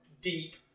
deep